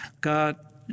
God